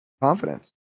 confidence